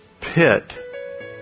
pit